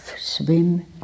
swim